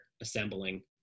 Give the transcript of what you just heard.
assembling